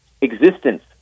existence